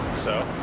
so?